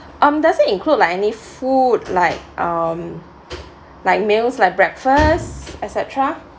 um does it include like any food like um like meals like breakfast etcetera